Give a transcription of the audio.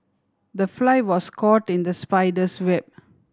the fly was caught in the spider's web